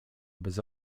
bez